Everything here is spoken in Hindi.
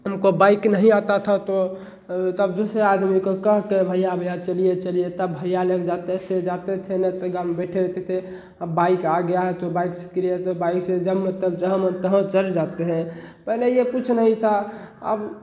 हमको बाइक नहीं आता था तो तब से आदमी को कह कर भैया भैया चलिए चलिए तब भैया ले कर जाते थे जाते थे नहीं तो हम बैठे रहते थे अब बाइक आ गया है तो बाइक सीख लिया तो बाइक से जब मन तब मन जहाँ मन तहाँ चले जाते हैं पहले ये कुछ नहीं था अब